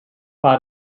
war